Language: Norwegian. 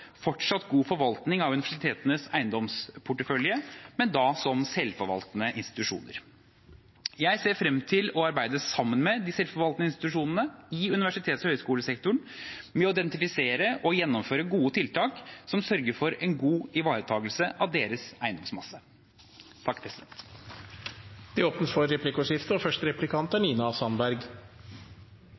fortsatt god forvaltning av universitetenes eiendomsportefølje, men da som selvforvaltende institusjoner. Jeg ser frem til å arbeide sammen med de selvforvaltende institusjonene i universitets- og høyskolesektoren med å identifisere og gjennomføre gode tiltak som sørger for en god ivaretakelse av deres eiendomsmasse. Det blir replikkordskifte. Regjeringen har åpenbart et sterkt ønske om å effektivisere universitets- og